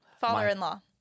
Father-in-law